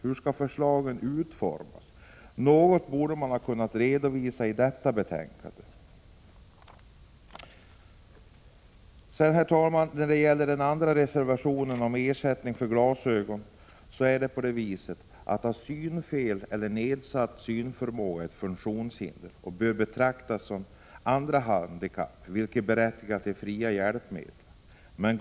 Hur skall förslaget utformas? Något av detta borde ha kunnat redovisas i detta betänkande. Herr talman! Beträffande vår reservation om ersättning för glasögon vill jag säga att synfel eller nedsatt synförmåga är funktionshinder och bör betraktas som andra handikapp, vilka berättigar till fria hjälpmedel.